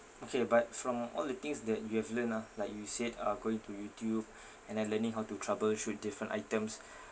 okay but from all the things that you have learnt ah like you said uh going to YouTube and like learning how to troubleshoot different items